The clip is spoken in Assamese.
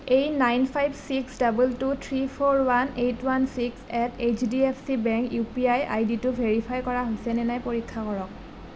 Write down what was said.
এই nine five six double two three four one eight one six at H D F C bank U P I আইডিটো ভেৰিফাই কৰা হৈছেনে নাই পৰীক্ষা কৰক